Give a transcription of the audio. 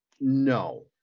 no